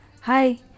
Hi